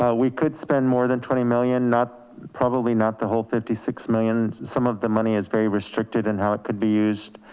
we could spend more than twenty million, not probably not the whole fifty six millions. some of the money is very restricted in how it could be used.